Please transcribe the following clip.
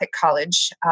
college